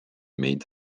meid